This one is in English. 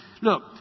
Look